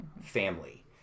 family